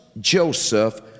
Joseph